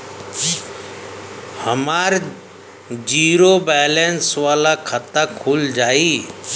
हमार zero balance वाला खाता खुल जाई?